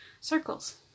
circles